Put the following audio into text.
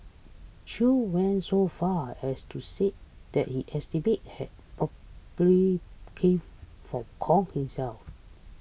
chew went so far as to say that he estimate had probably came from kong himself